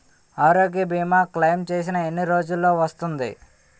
ఆరోగ్య భీమా క్లైమ్ చేసిన ఎన్ని రోజ్జులో వస్తుంది?